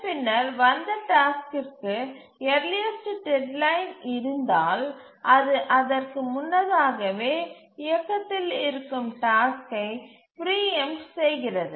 பின்னர் வந்த டாஸ்க்கிற்கு யர்லியஸ்டு டெட்லைன் இருந்தால் அது அதற்கு முன்னதாகவே இயக்கத்தில் இருக்கும் டாஸ்க்கை பிரீஎம்ட் செய்கிறது